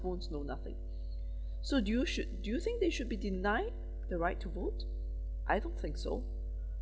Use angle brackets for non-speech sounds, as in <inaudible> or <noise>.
~phones no nothing <breath> so do you should do you think they should be denied the right to vote I don't think so